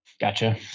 Gotcha